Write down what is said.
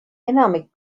enamik